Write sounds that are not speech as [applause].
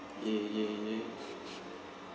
ya ya ya [laughs]